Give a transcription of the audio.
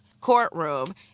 courtroom